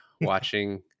watching